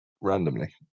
randomly